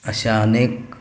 अशा अनेक